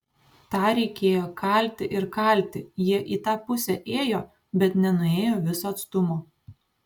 tą reikėjo kalti ir kalti jie į tą pusę ėjo bet nenuėjo viso atstumo